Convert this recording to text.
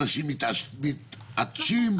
אנשים מתעטשים וכדומה.